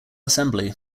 assembly